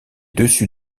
dessus